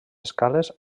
escales